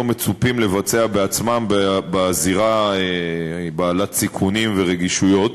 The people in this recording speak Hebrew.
מצופים לבצע בעצמם בזירה בעלת סיכונים ורגישויות,